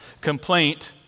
Complaint